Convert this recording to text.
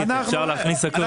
אפשר להכניס הכול.